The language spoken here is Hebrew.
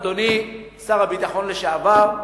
אדוני שר הביטחון לשעבר,